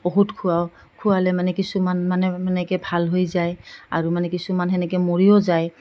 ঔষধ খোৱাওঁ খোৱালে মানে কিছুমান মানে এনেকৈ ভাল হৈ যায় আৰু মানে কিছুমান তেনেকৈ মৰিও যায়